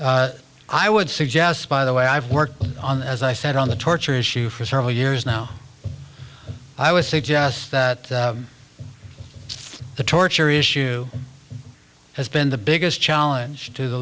conscience i would suggest by the way i've worked on as i said on the torture issue for several years now i would suggest that the torture issue has been the biggest challenge to the